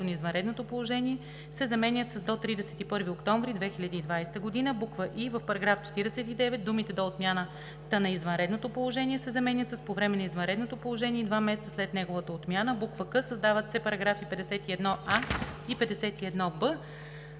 на извънредното положение“ се заменят с „До 31 октомври 2020 г.“; и) в § 49в думите „до отмяната на извънредното положение“ се заменят с „по време на извънредното положение и два месеца след неговата отмяна“; к) създават се § 51а и 51б: